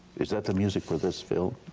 is that the music for this film?